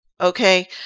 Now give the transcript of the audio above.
Okay